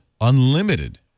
unlimited